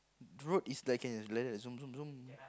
road is like can like that zoom zoom zoom